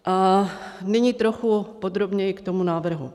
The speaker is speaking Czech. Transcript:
A nyní trochu podrobněji k tomu návrhu.